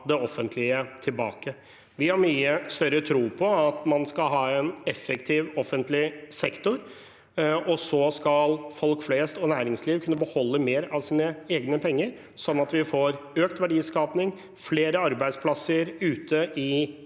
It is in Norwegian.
det offentlige tilbake. Vi har mye større tro på at man skal ha en effektiv offentlig sektor, og så skal folk flest og næringsliv kunne beholde mer av sine egne penger, slik at vi får økt verdiskaping og flere arbeidsplasser ute i